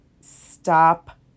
stop